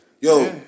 Yo